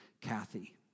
Kathy